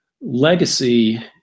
legacy